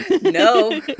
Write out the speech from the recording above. No